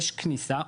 יש כניסה.